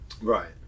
Right